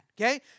okay